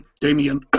Damien